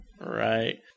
right